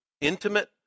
intimate